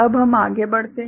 अब हम आगे बढ़ते हैं